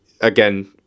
again